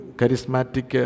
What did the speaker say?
charismatic